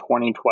2012